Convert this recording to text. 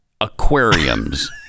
aquariums